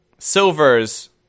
Silver's